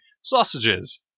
sausages